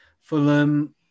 fulham